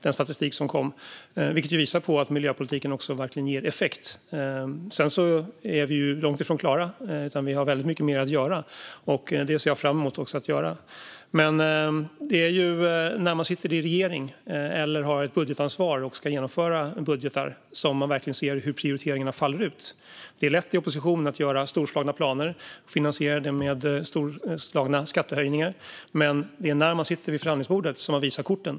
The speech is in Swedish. Det visar på att miljöpolitiken verkligen ger effekt. Sedan är vi långt ifrån klara, utan vi har mycket mer att göra - vilket jag ser fram emot. När man sitter i regering eller har ett budgetansvar och ska genomföra budgetar ser man verkligen hur prioriteringarna faller ut. Det är lätt att i opposition göra storslagna planer, finansiera dem med storslagna skattehöjningar, men när man sitter vid förhandlingsbordet visar man korten.